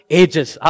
ages